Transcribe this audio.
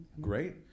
Great